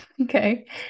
Okay